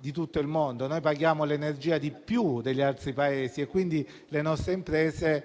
di tutto il mondo. Noi paghiamo l'energia di più degli altri Paesi e quindi le nostre imprese